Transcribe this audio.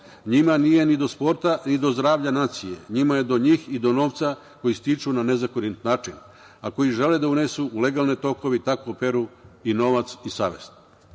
njima nije ni do sporta ni do zdravlja nacije, njima je do njih i do novca koji stiču na nezakonit način, a koji žele da unesu u legalne tokove i tako peru i novac i savest. Istina